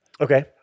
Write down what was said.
Okay